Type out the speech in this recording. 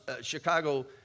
Chicago